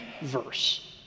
verse